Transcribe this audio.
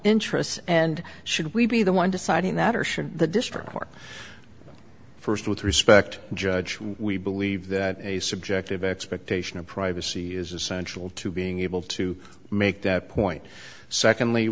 interest and should we be the one deciding that or should the district court first with respect judge when we believe that a subjective expectation of privacy is essential to being able to make that point secondly